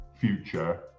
future